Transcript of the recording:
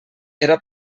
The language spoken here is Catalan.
era